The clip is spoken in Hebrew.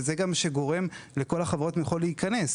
וזה מה שגורם לחברות מחו"ל להיכנס,